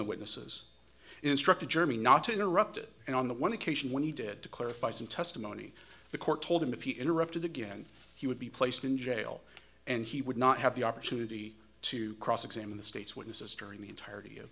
the witnesses instructed germy not to interrupt it and on the one occasion when he did to clarify some testimony the court told him if he interrupted again he would be placed in jail and he would not have the opportunity to cross examine the state's witnesses during the entire